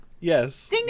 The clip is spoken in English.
Yes